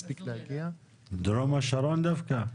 דרום השרון דווקא?